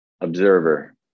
Observer